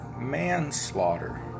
manslaughter